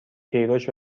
کیروش